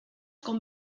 con